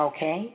Okay